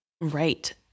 Right